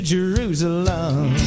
Jerusalem